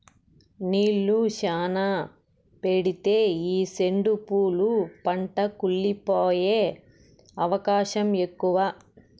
నీళ్ళు శ్యానా పెడితే ఈ సెండు పూల పంట కుళ్లి పోయే అవకాశం ఎక్కువ